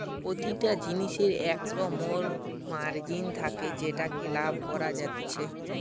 প্রতিটা জিনিসের একটো মোর মার্জিন থাকে যেটাতে লাভ করা যাতিছে